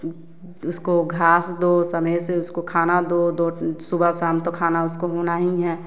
इसको घास दो समय से उसको खाना दो दो सुबह शाम तो खाना उसको देना ही है